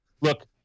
look